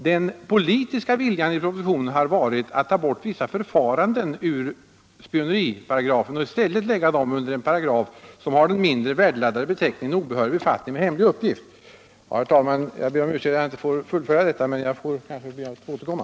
Den politiska viljan i propositionen har varit att ta bort vissa förfaranden från spioneriparagrafen och i stället lägga dem under en paragraf som har den mindre värdeladdade beteckningen obehörig befattning med hemlig uppgift. Herr talman! Jag ber om ursäkt att jag inte kan fullfölja detta resonemang inom den tillåtna tiden, men jag får kanske återkomma.